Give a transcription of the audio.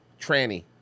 Tranny